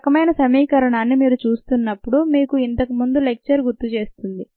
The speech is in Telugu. ఈ రకమైన సమీకరణాన్ని మీరు చూస్తున్నప్పుడు మీకు ఇంతకు ముందు లెక్చర్ను గుర్తు చేస్తుంది